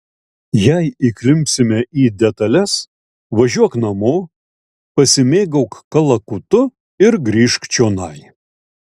jei įklimpsime į detales važiuok namo pasimėgauk kalakutu ir grįžk čionai